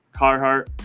carhartt